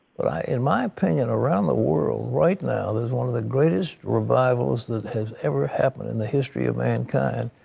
in my opinion, around the world, right now, there is one of the greatest revivals that has ever happened in the history of mankind.